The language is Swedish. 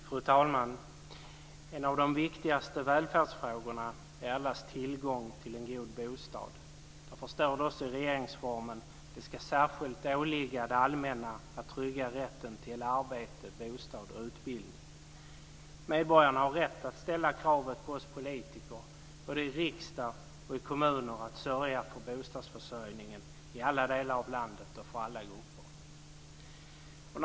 Fru talman! En av de viktigaste välfärdsfrågorna är allas tillgång till en god bostad. Därför står det i regeringsformen att det ska särskilt åligga det allmänna att trygga rätten till arbete, bostad och utbildning. Medborgarna har rätt att ställa kravet på oss politiker, och det är riksdag och kommuner som ska sörja för bostadsförsörjningen i alla delar av landet och för alla grupper.